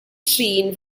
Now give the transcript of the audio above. trin